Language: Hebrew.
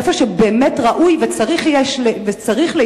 איפה שבאמת ראוי וצריך להילחם,